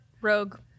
rogue